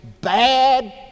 bad